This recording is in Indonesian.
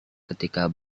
ketika